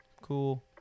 Cool